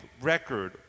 record